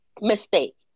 mistake